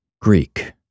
Greek